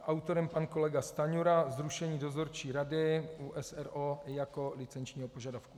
Autorem pan kolega Stanjura zrušení dozorčí rady u s. r. o. jako licenčního požadavku.